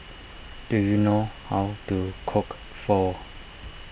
do you know how to cook Pho